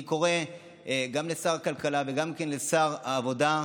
אני קורא גם לשר הכלכלה וגם לשר העבודה,